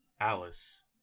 alice